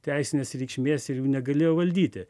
teisinės reikšmės ir jų negalėjo valdyti